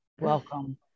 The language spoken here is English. welcome